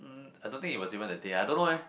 um I don't think it was even that day I don't know eh